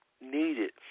Needed